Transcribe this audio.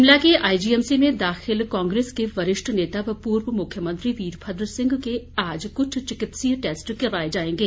शिमला के आईजीएमसी में दाखिल कांग्रेस के वरिष्ठ नेता व पूर्व पूर्व मुख्यमंत्री वीरमद्र सिंह के आज कुछ चिकित्सीय टैस्ट किए जायेंगे